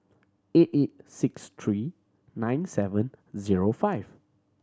eight eight six three nine seven zero five